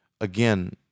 Again